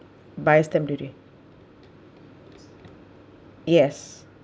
buy stamp duty yes